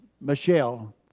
Michelle